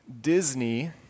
Disney